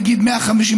למשל,